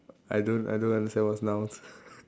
I don't I don't understand what's nouns